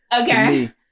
Okay